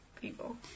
people